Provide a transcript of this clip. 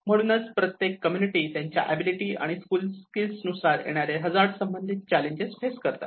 म्हणूनच प्रत्येक कम्युनिटी त्यांच्या अबिलिटी आणि स्किल नुसार येणारे हजार्ड संबंधित चॅलेंज फेस करतात